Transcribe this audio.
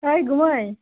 ओइ गुमै